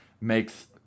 makes